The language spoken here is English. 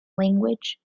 language